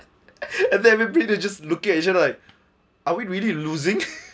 and then maybe they just look at each other like are we really losing